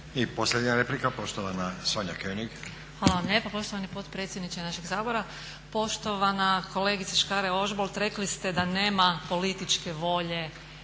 I posljednja replika, poštovana Sonja König. **König, Sonja (HNS)** Hvala vam lijepo poštovani potpredsjedniče našeg Sabora. Poštovana kolegice Škare-Ožbolt, rekli ste da nema političke volje